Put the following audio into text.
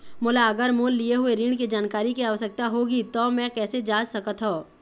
मोला अगर मोर लिए हुए ऋण के जानकारी के आवश्यकता होगी त मैं कैसे जांच सकत हव?